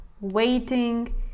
waiting